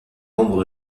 membre